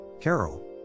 Carol